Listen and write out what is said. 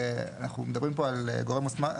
שאנחנו מדברים פה על גורם מוסמך,